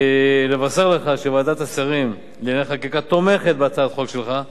אני מבשר לך שוועדת השרים לענייני חקיקה תומכת בהצעת החוק שלך,